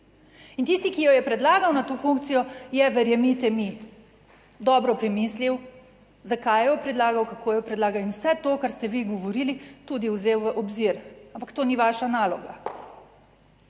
In tisti, ki jo je predlagal na to funkcijo je, verjemite mi, dobro premislil zakaj jo je predlagal, kako jo predlaga in vse to kar ste vi govorili tudi vzel v obzir, ampak to ni vaša naloga.